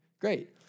great